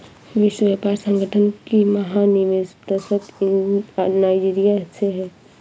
विश्व व्यापार संगठन की महानिदेशक नाइजीरिया से है